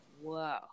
whoa